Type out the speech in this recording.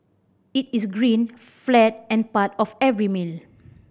it is green flat and part of every meal